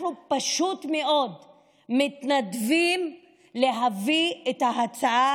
אנחנו פשוט מאוד מתנדבים להביא את ההצעה